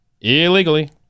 illegally